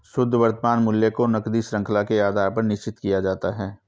शुद्ध वर्तमान मूल्य को नकदी शृंखला के आधार पर निश्चित किया जाता है